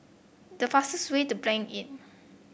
the fastest way to Blanc Inn